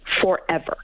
forever